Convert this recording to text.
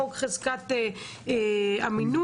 חוק חזקת אמינות.